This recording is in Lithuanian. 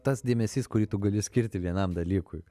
tas dėmesys kurį tu gali skirti vienam dalykui